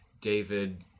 David